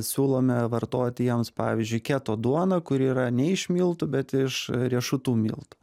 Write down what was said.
siūlome vartoti jiems pavyzdžiui keto duoną kuri yra ne iš miltų bet iš riešutų miltų